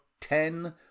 ten